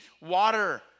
water